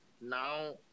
now